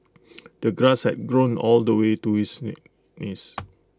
the grass had grown all the way to his knees